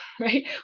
right